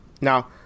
now